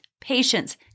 patience